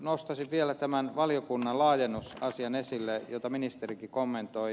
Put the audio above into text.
nostaisin vielä tämän valiokunnan laajennusasian esille jota ministerikin kommentoi